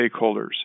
stakeholders